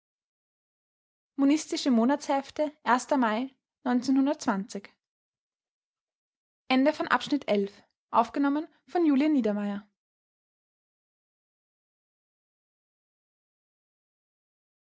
monistische monatshefte mai